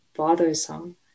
bothersome